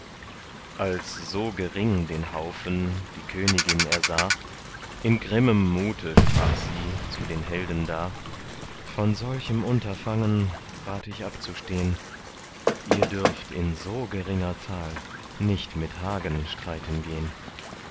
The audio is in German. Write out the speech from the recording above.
als so gering den haufen die königin ersah in grimmem mute sprach sie zu den helden da von solchem unterfangen rat ich abzustehn ihr dürft in so geringer zahl nicht mit hagen streiten gehn